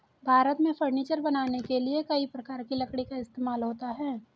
भारत में फर्नीचर बनाने के लिए कई प्रकार की लकड़ी का इस्तेमाल होता है